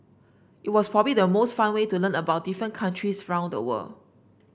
it was probably the most fun way to learn about different countries round the world